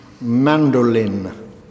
Mandolin